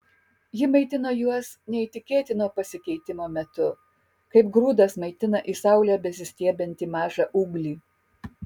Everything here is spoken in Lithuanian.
ji maitino juos neįtikėtino pasikeitimo metu kaip grūdas maitina į saulę besistiebiantį mažą ūglį